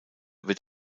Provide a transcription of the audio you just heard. wird